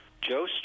Joe